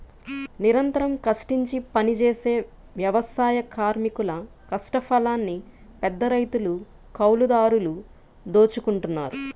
నిరంతరం కష్టించి పనిజేసే వ్యవసాయ కార్మికుల కష్టఫలాన్ని పెద్దరైతులు, కౌలుదారులు దోచుకుంటన్నారు